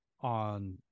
on